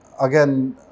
again